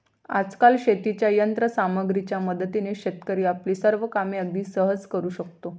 आजकाल शेतीच्या यंत्र सामग्रीच्या मदतीने शेतकरी आपली सर्व कामे अगदी सहज करू शकतो